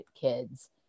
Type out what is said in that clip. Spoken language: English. kids